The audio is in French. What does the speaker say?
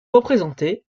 représenté